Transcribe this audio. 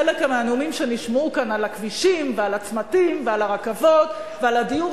חלק מהנאומים שנשמעו כאן על הכבישים ועל הצמתים ועל הרכבות ועל הדיור,